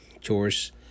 chores